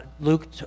Luke